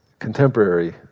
Contemporary